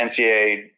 NCAA